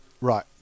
Right